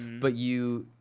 but you,